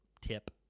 tip